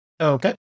Okay